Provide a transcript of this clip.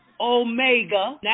Omega